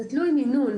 זה תלוי מינון,